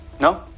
No